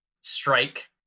strike